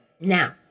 Now